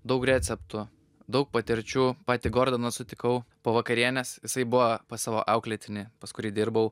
daug receptų daug patirčių patį gordiną sutikau po vakarienės jisai buvo pas savo auklėtinį pas kurį dirbau